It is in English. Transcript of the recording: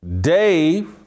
Dave